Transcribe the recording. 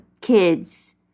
kids